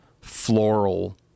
floral